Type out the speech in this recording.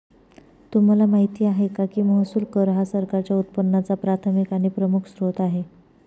तुम्हाला माहिती आहे का की महसूल कर हा सरकारच्या उत्पन्नाचा प्राथमिक आणि प्रमुख स्त्रोत आहे